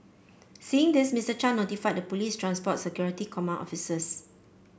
seeing this Mister Chan notified the police's transport security command officers